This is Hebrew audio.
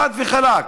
חד וחלק,